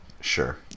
sure